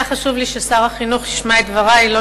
היה חשוב לי ששר החינוך ישמע את דברי,